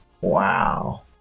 wow